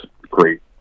Great